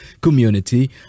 community